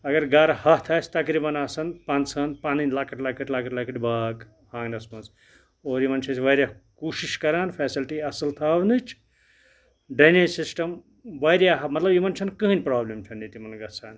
اگر گَرٕ ہَتھ آسہِ تقریٖبن آسَن پنٛژٕہن پَنٕںۍ لَکٕٹۍ لۄکٕٹۍ لۄکٕٹۍ لۄکٕٹۍ باغ آنٛگنَس منٛز اور یِمَن چھِ أسۍ واریاہ کوٗشِش کَران فیسَلٹی اَصٕل تھاونٕچ ڈرٛٮ۪نیج سِسٹَم واریاہ مطلب یِمَن چھَنہٕ کٕہٕنۍ پرٛابلِم چھَنہٕ ییٚتہِ تِمَن گژھان